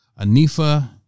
Anifa